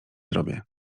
zrobię